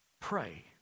pray